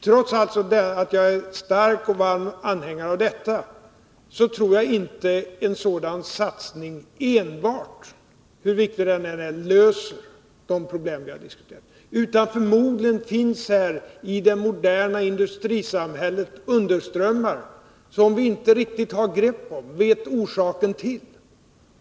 Trots att jag alltså är en stark och varm anhängare av detta, tror jag inte att enbart en sådan satsning, hur viktig den än är, löser de problem vi har diskuterat, utan förmodligen finns här i det moderna industrisamhället underströmmar som vi inte riktigt har grepp om, inte vet orsaken till.